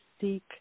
seek